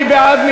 מי בעד?